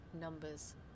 numbers